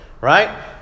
Right